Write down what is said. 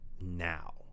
now